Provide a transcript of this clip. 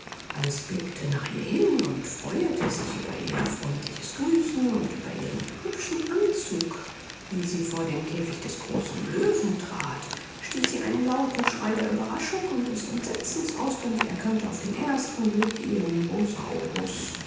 alles blickte nach ihr hin und freuete sich über ihr freundliches grüßen und über ihren hübschen anzug wie sie vor den käfig des großen löwen trat stieß sie einen lauten schrei der ueberraschung und des entsetzens aus denn sie erkannte auf den ersten blick ihren